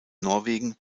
norwegen